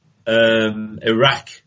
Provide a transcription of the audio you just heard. Iraq